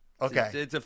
Okay